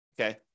Okay